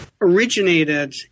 Originated